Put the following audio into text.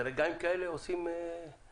ורגעים כמו עכשיו הם הרגעים